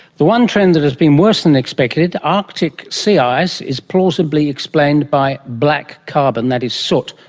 the one trend that has been worse than expected, arctic sea ice is plausibly explained by black carbon, that is soot,